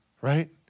right